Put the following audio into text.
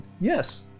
yes